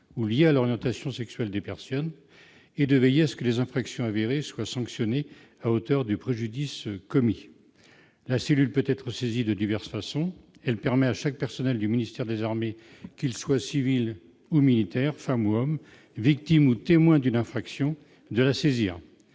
ou liées à l'orientation sexuelle des personnes, et de veiller à ce que les infractions avérées soient sanctionnées à hauteur du préjudice infligé. La cellule peut être saisie de diverses façons. Chaque personnel du ministère des armées, qu'il soit civil ou militaire, femme ou homme, victime ou témoin d'une infraction, peut la saisir.